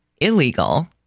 illegal